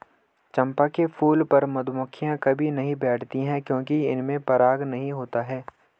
चंपा के फूल पर मधुमक्खियां कभी नहीं बैठती हैं क्योंकि इसमें पराग नहीं होता है